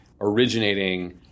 originating